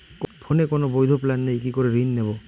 ফোনে কোন বৈধ প্ল্যান নেই কি করে ঋণ নেব?